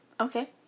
Okay